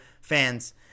fans